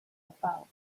about